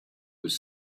was